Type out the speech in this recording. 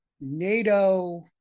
NATO